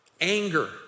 anger